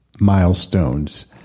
milestones